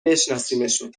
بشناسیمشون